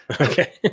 okay